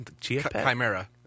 Chimera